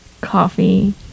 coffee